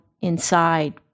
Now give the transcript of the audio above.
inside